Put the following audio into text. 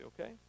okay